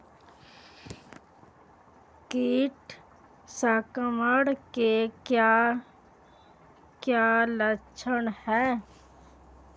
कीट संक्रमण के क्या क्या लक्षण हैं?